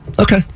okay